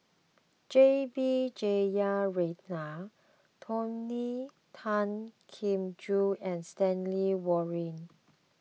J B Jeyaretnam Tony Tan Keng Joo and Stanley Warren